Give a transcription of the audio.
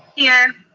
here.